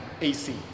AC